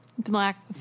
Black